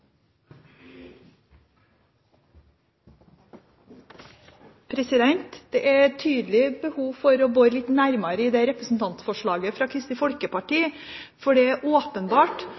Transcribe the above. tydelig behov for å bore litt nærmere i representantforslaget fra Kristelig Folkeparti, for det er åpenbart